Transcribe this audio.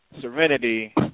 Serenity